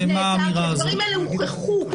הדברים האלה הוכחו.